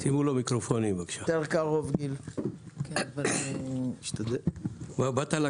(מציג מצגת) כמה מילים עלינו: קמ"ג היא חלק מחזונו של דוד בן